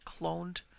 cloned